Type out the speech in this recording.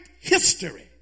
history